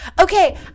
Okay